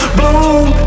Bloom